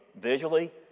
visually